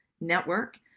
Network